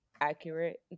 accurate